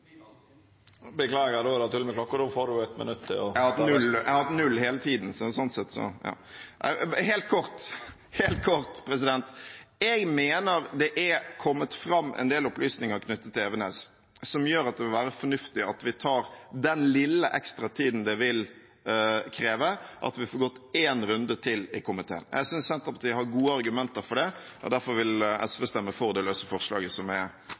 minutt til. Det har stått null hele tiden. Helt kort: Jeg mener det er kommet fram en del opplysninger knyttet til Evenes som gjør at det vil være fornuftig at vi tar den lille ekstra tiden det vil kreve å få gått én runde til i komiteen. Jeg synes Senterpartiet har gode argumenter for det, og derfor vil SV stemme for det løse forslaget som er